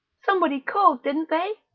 somebody called, didn't they.